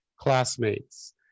classmates